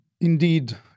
Indeed